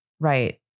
Right